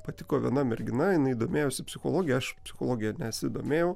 patiko viena mergina jinai domėjosi psichologija aš psichologija nesidomėjau